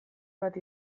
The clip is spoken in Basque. bat